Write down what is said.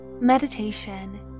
Meditation